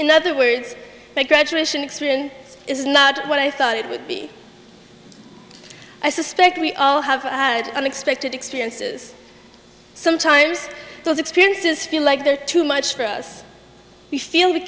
in other words my graduation experience is not what i thought it would be i suspect we all have had unexpected experiences sometimes those experiences feel like they are too much for us we feel we